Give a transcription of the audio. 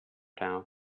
town